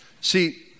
See